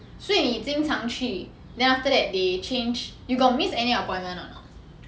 所以你经常去 then after that they change you got miss any appointment or not